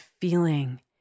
feeling